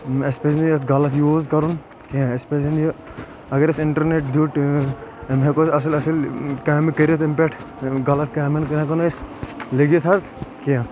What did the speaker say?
اسہِ پزِ نہٕ یتھ غلط یوٗز کرُن کینٛہہ اسہِ پزِ یہِ اگر أسۍ انٹرنیٹ دِیُٹ امہِ ہٮ۪کو أسۍ اصل اصل کامہِ کٔرتھ امہِ پٮ۪ٹھ غلط کامٮ۪ن کُن ہٮ۪کو نہٕ أسۍ لٔگِتھ حظ کینٛہہ